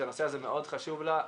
שהנושא הזה מאוד חשוב לה.